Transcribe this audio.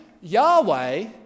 Yahweh